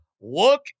Look